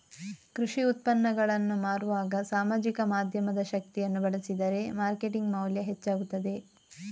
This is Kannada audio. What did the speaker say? ಕೃಷಿ ಉತ್ಪನ್ನಗಳನ್ನು ಮಾರುವಾಗ ಸಾಮಾಜಿಕ ಮಾಧ್ಯಮದ ಶಕ್ತಿಯನ್ನು ಬಳಸಿದರೆ ಮಾರ್ಕೆಟಿಂಗ್ ಮೌಲ್ಯ ಹೆಚ್ಚಾಗುತ್ತದೆ